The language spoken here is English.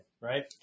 right